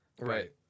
Right